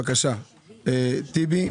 בבקשה טיבי,